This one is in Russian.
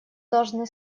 должны